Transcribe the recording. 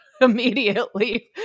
immediately